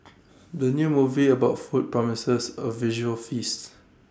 the new movie about food promises A visual feast